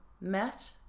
met